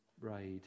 bride